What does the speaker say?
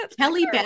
Kelly